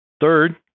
Third